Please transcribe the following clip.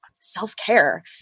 self-care